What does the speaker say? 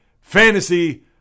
fantasy